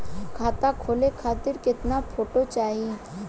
खाता खोले खातिर केतना फोटो चाहीं?